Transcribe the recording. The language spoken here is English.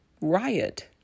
riot